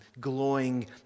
glowing